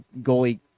goalie